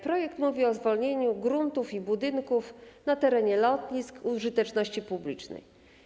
Projekt mówi o zwolnieniu gruntów i budynków na terenie lotnisk użyteczności publicznej.